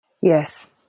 Yes